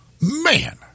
man